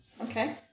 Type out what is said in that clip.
Okay